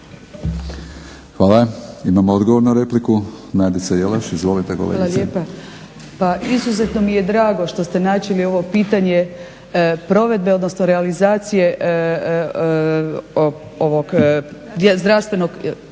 Hvala. Imamo odgovor na repliku, Nadica Jelaš. Izvolite kolegice. **Jelaš, Nadica (SDP)** Hvala lijepa. Pa izuzetno mi je drago što ste načeli ovo pitanje provedbe, odnosno realizacije ovog zdravstvenog